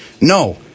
No